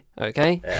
okay